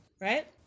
right